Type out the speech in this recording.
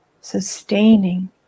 sustaining